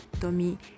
Tommy